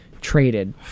traded